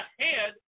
ahead